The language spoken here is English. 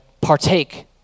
partake